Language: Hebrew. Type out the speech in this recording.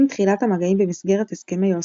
עם תחילת המגעים במסגרת הסכמי אוסלו,